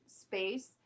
space